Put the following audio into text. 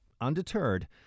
Undeterred